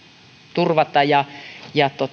turvata ja ja